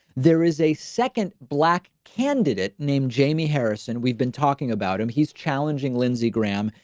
there is a second black candidate named jamie harrison we've been talking about him, he's challenging lindsey graham,